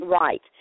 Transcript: Right